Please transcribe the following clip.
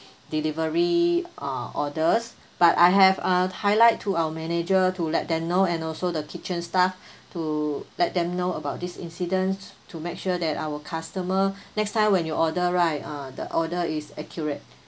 delivery or orders but I have uh highlight to our manager to let them know and also the kitchen staff to let them know about these incidents to make sure that our customer next time when you order right uh the order is accurate